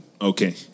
Okay